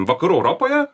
vakarų europoje